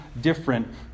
different